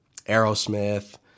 Aerosmith